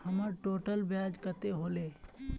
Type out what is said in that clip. हमर टोटल ब्याज कते होले?